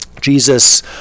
Jesus